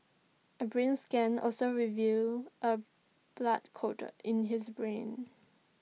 A brain scan also revealed A blood colder in his brain